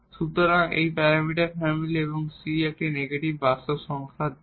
সুতরাং একটি parameter family এবং c একটি নেগেটিভ বাস্তব সংখ্যা নেয়